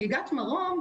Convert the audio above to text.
מלגת מרום,